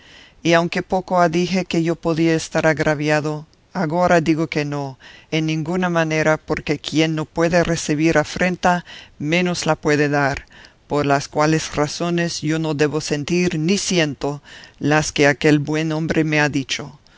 y aunque poco ha dije que yo podía estar agraviado agora digo que no en ninguna manera porque quien no puede recebir afrenta menos la puede dar por las cuales razones yo no debo sentir ni siento las que aquel buen hombre me ha dicho